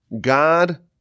God